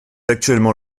actuellement